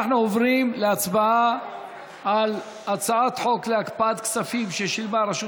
אנחנו עוברים להצבעה על הצעת חוק להקפאת כספים ששילמה הרשות